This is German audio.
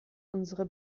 unsere